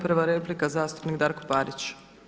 Prva replika zastupnik Darko Parić.